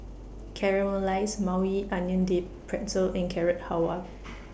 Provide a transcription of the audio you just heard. Caramelized Maui Onion Dip Pretzel and Carrot Halwa